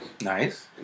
Nice